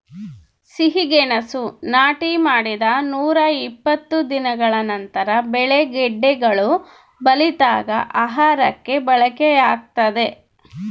ಸಿಹಿಗೆಣಸು ನಾಟಿ ಮಾಡಿದ ನೂರಾಇಪ್ಪತ್ತು ದಿನಗಳ ನಂತರ ಬೆಳೆ ಗೆಡ್ಡೆಗಳು ಬಲಿತಾಗ ಆಹಾರಕ್ಕೆ ಬಳಕೆಯಾಗ್ತದೆ